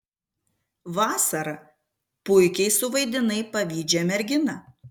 vasara puikiai suvaidinai pavydžią merginą